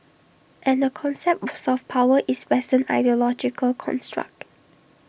and the concept of soft power is western ideological construct